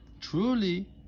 truly